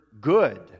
good